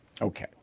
Okay